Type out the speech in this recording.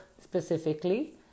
specifically